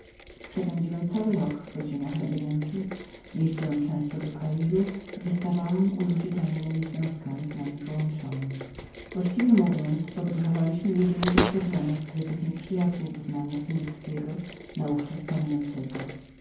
przepędziłem cały rok w podziemiach labiryntu jeździłem często do kairu gdzie stawałem u ludzi tajemnemi związkami z nami połączonych właściwie mówiąc podróżowaliśmy jedynie dla poznania skrytych nieprzyjacioł wyznania sunnickiego naówczas panującego